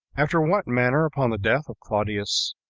after what manner upon the death of claudius,